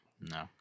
No